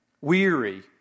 weary